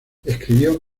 escribió